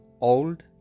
old